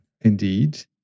indeed